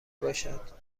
باشد